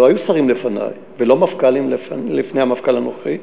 לא היו שרים לפני ולא מפכ"לים לפני המפכ"ל הנוכחי,